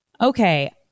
Okay